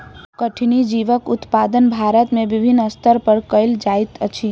कठिनी जीवक उत्पादन भारत में विभिन्न स्तर पर कयल जाइत अछि